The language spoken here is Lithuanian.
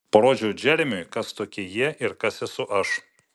parodžiau džeremiui kas tokie jie ir kas esu aš